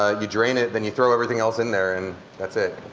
ah you drain it, then you throw everything else in there, and that's it.